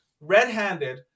red-handed